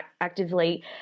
actively